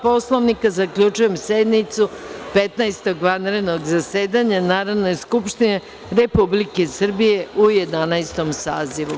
Poslovnika, zaključujem sednicu Petnaestog vanrednog zasedanja Narodne skupštine Republike Srbije u Jedanaestom sazivu.